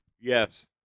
Yes